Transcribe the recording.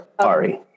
sorry